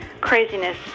craziness